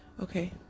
Okay